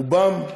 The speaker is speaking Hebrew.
רובם,